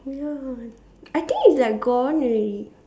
ya I think it's like gone already